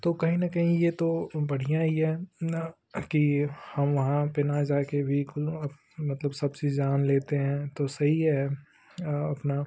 तो कहीं ना कहीं ये तो बढ़िया ही है न कि हम वहाँ पर न जा कर भी मतलब सब चीज़ जान लेते हैं तो सही है अपना